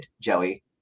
Joey